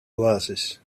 oasis